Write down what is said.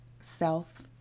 self